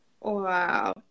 Wow